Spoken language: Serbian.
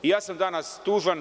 Ja sam danas tužan.